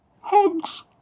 Hugs